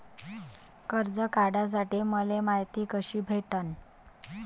कर्ज काढासाठी मले मायती कशी भेटन?